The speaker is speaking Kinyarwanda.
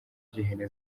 by’ihene